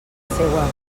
seua